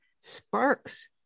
sparks